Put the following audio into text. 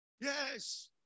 Yes